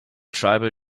tribal